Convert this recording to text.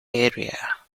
area